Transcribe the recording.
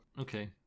Okay